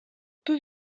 peu